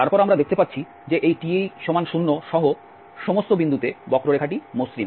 তারপর আমরা দেখতে পাচ্ছি যে এই t সমান 0 সহ সমস্ত বিন্দুতে বক্ররেখাটি মসৃণ